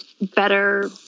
better